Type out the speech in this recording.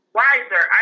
wiser